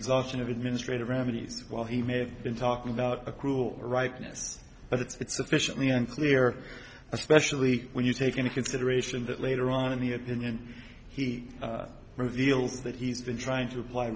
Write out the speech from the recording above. exhaustion of administrative remedies while he may have been talking about a cruel rightness but it's officially unclear especially when you take into consideration that later on in the opinion he reveals that he's been trying to apply